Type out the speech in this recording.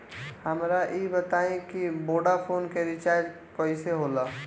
हमका ई बताई कि वोडाफोन के रिचार्ज कईसे होला?